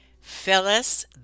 phyllis